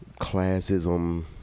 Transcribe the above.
classism